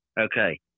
Okay